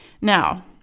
Now